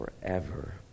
forever